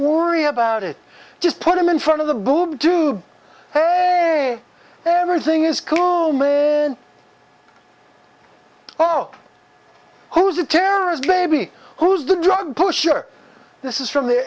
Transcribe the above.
worry about it just put them in front of the boob tube everything is cool oh who's a terrorist baby who's the drug pusher this is from the